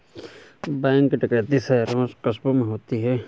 bank डकैती शहरों और कस्बों में होती है